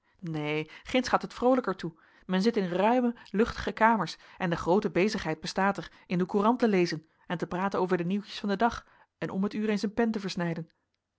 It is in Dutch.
neen ginds gaat het vroolijker toe men zit in ruime luchtige kamers en de groote bezigheid bestaat er in de courant te lezen en te praten over de nieuwtjes van den dag en om het uur eens een pen te versnijden